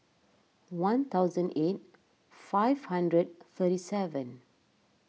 one thousand eight five hundred thirty seven